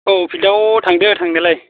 औ फिल्डआव थांदो थांनायालाय